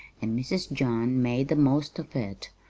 and mrs. john made the most of it.